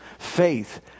Faith